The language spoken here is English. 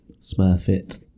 Smurfit